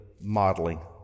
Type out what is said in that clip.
modeling